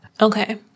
Okay